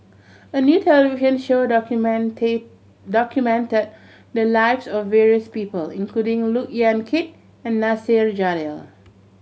a new television show documented documented the lives of various people including Look Yan Kit and Nasir Jalil